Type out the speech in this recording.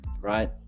right